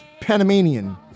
Panamanian